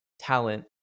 talent